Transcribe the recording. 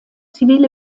zivile